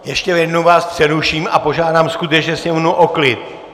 Ještě jednou vás přeruším a požádám skutečně sněmovnu o klid!